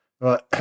Right